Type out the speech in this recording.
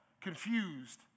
confused